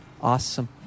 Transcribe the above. Awesome